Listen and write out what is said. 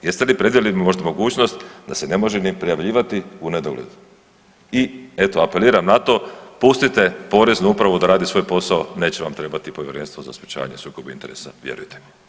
Jeste li predvidjeli možda mogućnost da se ne može ni prijavljivati u nedogled i eto apeliram na to pustite Poreznu upravu da radi svoj posao neće vam trebati Povjerenstvo za sprječavanje sukoba interesa vjerujte mi.